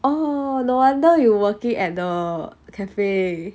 oh no wonder you working at the cafe